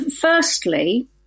Firstly